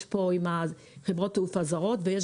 יש חברות תעופה זרות ויש